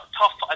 tough